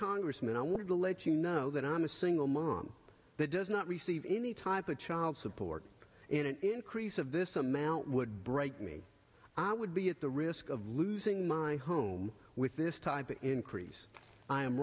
congressman i want to let you know that i am a single mom that does not receive any type of child support in an increase of this amount would break me i would be at the risk of losing my home with this type of increase i am